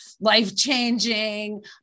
life-changing